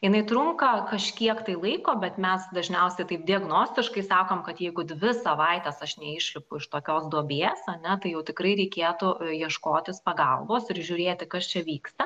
jinai trunka kažkiek tai laiko bet mes dažniausiai taip diagnostikai sakom kad jeigu dvi savaites aš neišlipu iš tokios duobės ane tai jau tikrai reikėtų ieškotis pagalbos ir žiūrėti kas čia vyksta